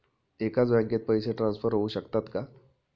एकाच बँकेत पैसे ट्रान्सफर होऊ शकतात का?